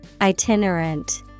itinerant